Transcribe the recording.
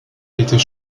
était